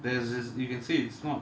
there's this you can say it's not